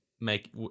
make